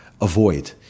avoid